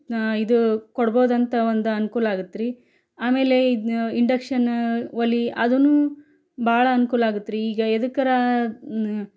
ಇದು ಕೊಡ್ಬೋದು ಅಂತ ಒಂದು ಅನುಕೂಲ ಆಗುತ್ರಿ ಆಮೇಲೆ ಇದ್ನ ಇಂಡಕ್ಷನ್ ಒಲೆ ಅದೂ ಭಾಳ ಅನ್ಕೂಲ ಆಗುತ್ರಿ ಈಗ ಎದಕ್ಕಾರೂ